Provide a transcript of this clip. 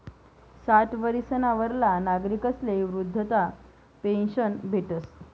साठ वरीसना वरला नागरिकस्ले वृदधा पेन्शन भेटस